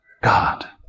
God